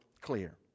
clear